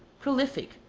prolific,